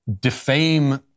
defame